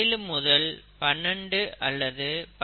பல புரோகேரியாட்டிக் செல்கள் இந்த அளவிலேயே இருக்கும்